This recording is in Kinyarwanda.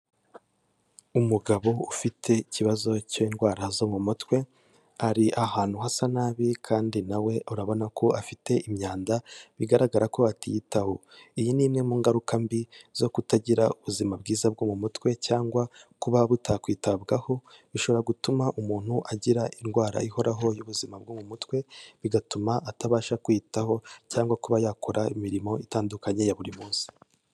Umugabo ufite ikibazo cy'indwara zo mu mutwe, ari ahantu hasa nabi kandi nawe urabona ko afite imyanda bigaragara ko atiyitaho, iyi ni imwe mu ngaruka mbi zo kutagira ubuzima bwiza bwo mu mutwe cyangwa kuba butakwitabwaho bishobora gutuma umuntu agira indwara ihoraho y'ubuzima bwo mu mutwe, bigatuma atabasha kwiyitaho cyangwa kuba yakora imirimo itandukanye ya buri munsi.